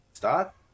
Start